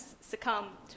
succumb